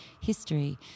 history